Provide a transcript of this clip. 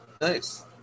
Nice